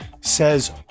says